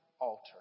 alter